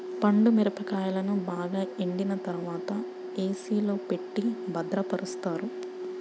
పండు మిరపకాయలను బాగా ఎండిన తర్వాత ఏ.సీ లో పెట్టి భద్రపరుస్తారు